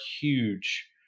huge